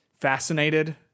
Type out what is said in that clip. fascinated